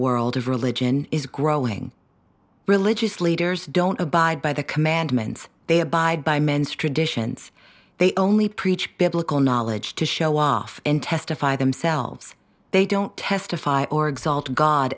world of religion is growing religious leaders don't abide by the commandments they abide by men's traditions they only preach biblical knowledge to show off in testify themselves they don't testify or exalt god